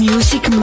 Music